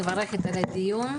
מברכת על הדיון,